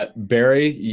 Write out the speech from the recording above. but barry, yeah